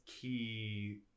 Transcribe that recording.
key